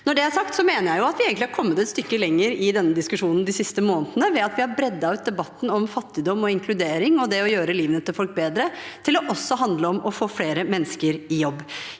Når det er sagt, mener jeg at vi egentlig er kommet et stykke lenger i denne diskusjonen de siste månedene, ved at vi har bredt ut debatten om fattigdom, inkludering og å gjøre livene til folk bedre, til også å handle om å få flere mennesker i jobb.